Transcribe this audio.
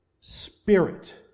spirit